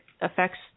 affects